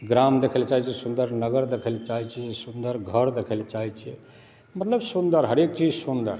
ग्राम देखै ला चाहै छियै सुन्दर नगर देखै ला चाहै छियै कि सुन्दर घर देखै ला चाहै छियै मतलब सुन्दर हरेक चीज सुन्दर